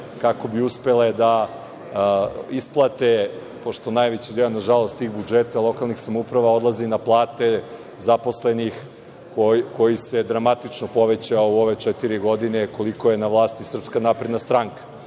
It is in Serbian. kako bi uspele da isplate, pošto najveći deo, nažalost, tih budžeta lokalnih samouprava odlazi na plate zaposlenih, koji se dramatično povećao u ove četiri godine, koliko je na vlasti Srpska napredna stranka. Ako